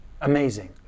amazing